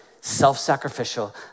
self-sacrificial